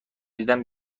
دیدم